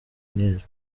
nize